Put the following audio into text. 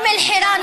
לחסל.